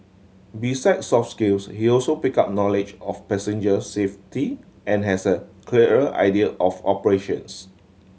besides soft skills he also picked up knowledge of passenger safety and has a clearer idea of operations